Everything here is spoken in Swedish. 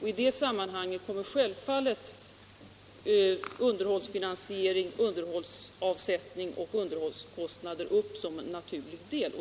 I det sammanhanget kommer självfallet underhållsfinansiering, underhållsavsättning och underhållskostnader upp som en naturlig del.